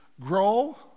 grow